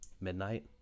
midnight